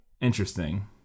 Interesting